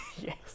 yes